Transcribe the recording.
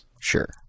Sure